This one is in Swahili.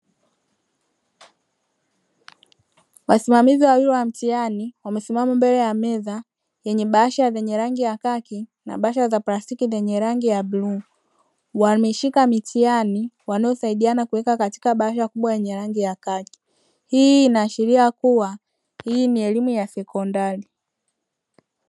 Wasimamizi wawili wa mtihani wamesimama mbele ya meza, yenye bahasha zenye rangi ya kaki na plastiki zenye rangi ya bluu, wameshika mitihani wanayosaidiana kuweka katika bahasha kubwa yenye rangi ya kaki, hii inaashiria kuwa hii ni elimu ya sekondari.